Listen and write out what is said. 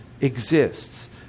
exists